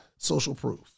socialproof